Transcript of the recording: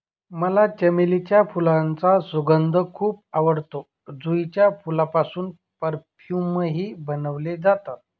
मला चमेलीच्या फुलांचा सुगंध खूप आवडतो, जुईच्या फुलांपासून परफ्यूमही बनवले जातात